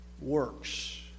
works